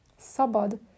Sabad